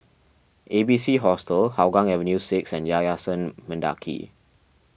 A B C Hostel Hougang Avenue six and Yayasan Mendaki